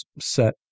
set